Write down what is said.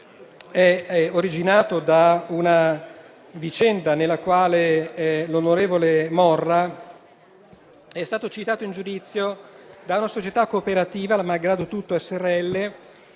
è originato da una vicenda nella quale l'onorevole Morra è stato citato in giudizio da una società cooperativa, la "Malgrado Tutto srl",